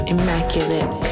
Immaculate